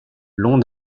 long